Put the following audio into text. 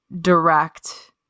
direct